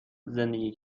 زندگی